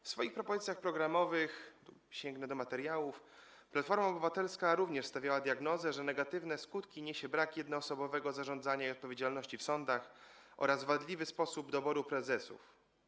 W swoich propozycjach programowych, sięgnę do materiałów, Platforma Obywatelska również stawiała diagnozę, że negatywne skutki niesie brak jednoosobowego zarządzania i odpowiedzialności w sądach oraz wadliwy sposób doboru prezesów.